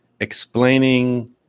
explaining